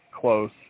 close